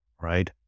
right